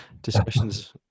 discussions